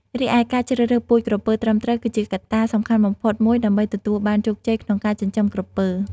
រីឯការជ្រើសរើសពូជក្រពើត្រឹមត្រូវ គឺជាកត្តាសំខាន់បំផុតមួយដើម្បីទទួលបានជោគជ័យក្នុងការចិញ្ចឹមក្រពើ។